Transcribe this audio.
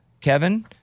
Kevin